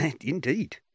Indeed